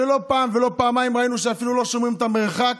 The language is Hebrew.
שלא פעם ולא פעמיים ראינו שאפילו לא שומרים את המרחק,